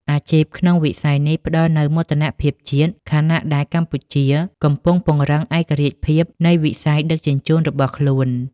អាជីពក្នុងវិស័យនេះផ្តល់នូវមោទនភាពជាតិ ខណៈដែលកម្ពុជាកំពុងពង្រឹងឯករាជ្យភាពនៃវិស័យដឹកជញ្ជូនរបស់ខ្លួន។